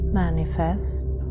manifest